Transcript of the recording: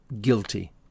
Guilty